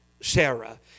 sarah